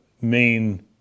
main